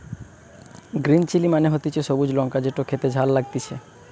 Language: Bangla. গ্রিন চিলি মানে হতিছে সবুজ লঙ্কা যেটো খেতে ঝাল লাগতিছে